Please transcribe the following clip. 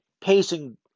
pacing